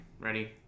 Ready